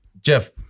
Jeff